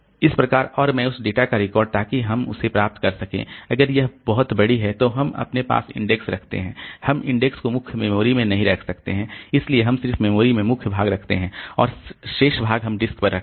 इस प्रकार और उस में डेटा का रिकॉर्ड ताकि हम उसे प्राप्त कर सकें अगर यह बहुत बड़ा है तो हम अपने पास इंडेक्स रखते हैं हम इंडेक्स को मुख्य मेमोरी में नहीं रख सकते हैं इसलिए हम सिर्फ मेमोरी में मुख्य भाग रखते हैं और शेष भाग हम डिस्क पर रखते हैं